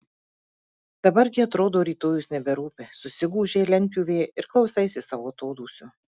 dabar gi atrodo rytojus neberūpi susigūžei lentpjūvėje ir klausaisi savo atodūsių